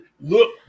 look